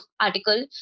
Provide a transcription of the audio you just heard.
article